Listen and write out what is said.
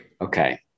okay